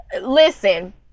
Listen